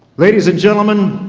ladies and gentleman,